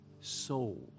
soul